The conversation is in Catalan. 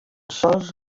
sols